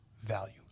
value